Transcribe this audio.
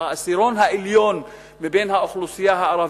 העשירון העליון מבין האוכלוסייה הערבית,